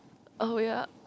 oh ya